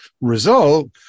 result